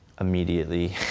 immediately